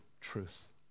truth